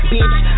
Bitch